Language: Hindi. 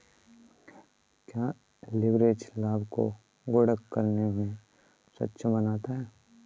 क्या लिवरेज लाभ को गुणक करने में सक्षम बनाता है?